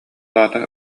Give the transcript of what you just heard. аата